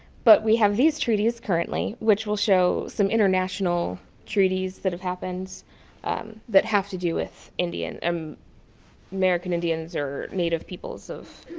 but we have these treaties currently, which will show some international treaties that have happened that have to do with um american indians or native peoples of